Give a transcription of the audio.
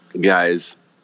guys